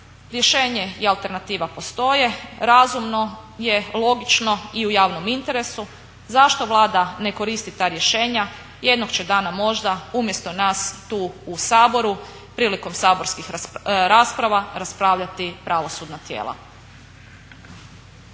Rješenje i alternativa postoje. Razumno je logično i u javnom interesu zašto Vlada ne koristi ta rješenja. Jednog će dana možda umjesto nas tu u Saboru prilikom saborskih rasprava raspravljati pravosudna tijela.